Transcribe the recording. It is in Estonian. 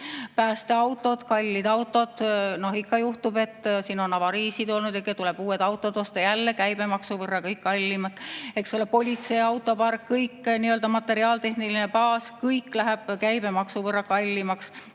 Päästeautod on kallid autod, ikka juhtub – siin on avariisid olnud –, et tuleb uued autod osta. Jälle käibemaksu võrra kallimad, eks ole. Politsei autopark, kogu materiaal-tehniline baas, kõik läheb käibemaksu võrra kallimaks.